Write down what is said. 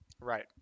Right